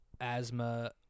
asthma